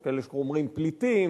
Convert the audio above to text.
יש כאלה שאומרים "פליטים",